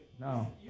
No